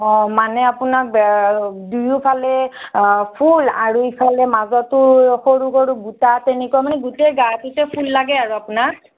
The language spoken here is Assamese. অঁ মানে আপোনাক দুয়োফালে ফুল আৰু ইফালে মাজতো সৰু সৰু বুটা তেনেকুৱা মানে গোটেই গাটোতে ফুল লাগে আৰু আপোনাক